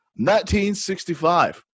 1965